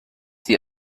sie